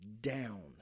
down